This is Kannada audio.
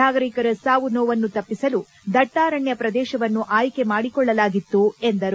ನಾಗರಿಕರ ಸಾವು ನೋವನ್ನು ತಪ್ಪಿಸಲು ದಟ್ಲಾರಣ್ಯ ಪ್ರದೇಶವನ್ನು ಆಯ್ಲೆ ಮಾಡಿಕೊಳ್ಳಲಾಗಿತ್ತು ಎಂದರು